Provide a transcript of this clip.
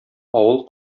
авыл